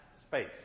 space